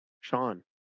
Sean